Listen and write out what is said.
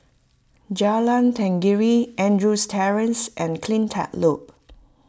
Jalan Tenggiri Andrews Terrace and CleanTech Loop